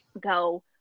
go